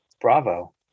Bravo